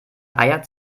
eier